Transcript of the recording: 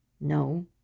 No